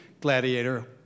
gladiator